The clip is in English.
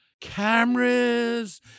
cameras